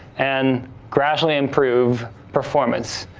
and gradually improve performance.